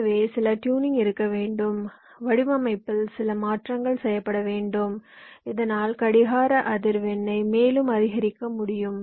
எனவே சில ட்யூனிங் இருக்க வேண்டும் வடிவமைப்பில் சில மாற்றங்கள் செய்யப்பட வேண்டும் இதனால் கடிகார அதிர்வெண்ணை மேலும் அதிகரிக்க முடியும்